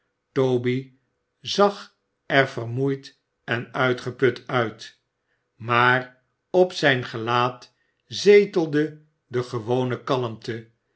toby zag er vermoeid en uitgeput uit maar op zijn gelaat zetelde de gewone kalmte